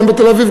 גם בתל-אביב,